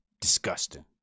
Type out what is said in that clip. Disgusting